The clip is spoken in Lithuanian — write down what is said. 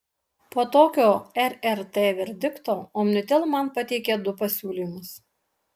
po tokio rrt verdikto omnitel man pateikė du pasiūlymus